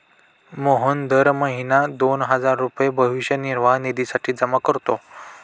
मोहन दर महीना दोन हजार रुपये भविष्य निर्वाह निधीसाठी जमा करतो